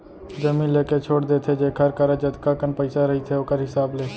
जमीन लेके छोड़ देथे जेखर करा जतका कन पइसा रहिथे ओखर हिसाब ले